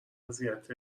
وضعیت